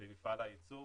במפעל הייצור,